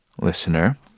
listener